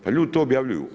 Pa ljudi to objavljuju.